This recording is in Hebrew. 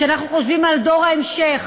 וכשאנחנו חושבים על דור ההמשך